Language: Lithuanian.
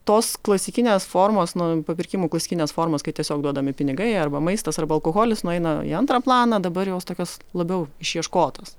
tos klasikinės formos nu papirkimų klasikinės formos kai tiesiog duodami pinigai arba maistas arba alkoholis nueina į antrą planą dabar jos tokios labiau išieškotos